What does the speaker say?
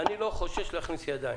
אני לא חושש להכניס ידיים.